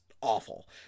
awful